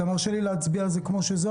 אתה מרשה לי להצביע על זה כמו שזה,